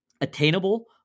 Attainable